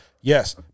Yes